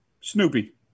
Snoopy